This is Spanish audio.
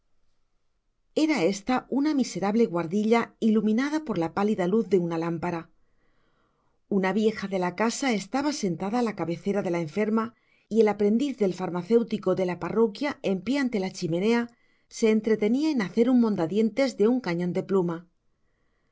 era este una miserable guardilla iluminada por la pálida luz de una lámpara una vieja de la casa estaba sentada á la cabecera de la enferma y el aprendiz del farmacéutico de la parroquia en pié ante la chimenea se entretenia en hacer un mondadientes de un canon de pluma